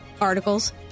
articles